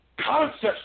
concepts